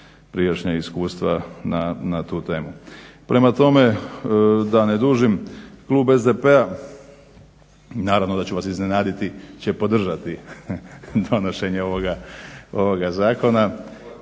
prijašnja iskustva na tu temu. Prema tome, da ne dužim. Klub SDP-a naravno da će vas iznenaditi će podržati donošenje ovoga zakona